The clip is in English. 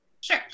Sure